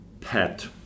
pet